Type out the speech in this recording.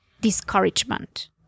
discouragement